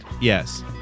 Yes